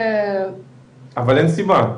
אבל אין סיבה.